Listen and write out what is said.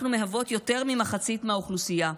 אנחנו מהוות יותר ממחצית מהאוכלוסייה,